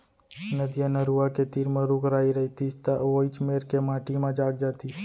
नदिया, नरूवा के तीर म रूख राई रइतिस त वोइच मेर के माटी म जाग जातिस